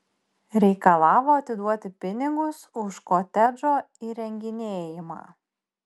reikalavo atiduoti pinigus už kotedžo įrenginėjimą